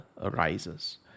arises